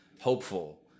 hopeful